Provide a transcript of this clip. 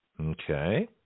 Okay